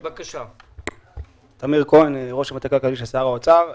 אני ראש המטה הכלכלי של שר האוצר.